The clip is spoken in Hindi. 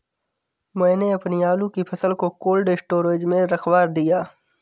मैंने अपनी आलू की फसल को कोल्ड स्टोरेज में रखवा दिया